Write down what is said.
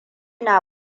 na